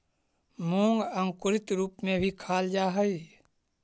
मूंग अंकुरित रूप में भी खाल जा हइ